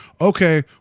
Okay